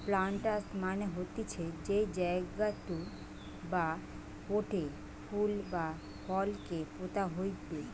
planters মানে হতিছে যেই জায়গাতু বা পোটে ফুল বা ফল কে পোতা হইবে